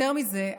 יותר מזה,